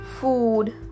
food